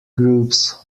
groups